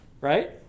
Right